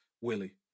Willie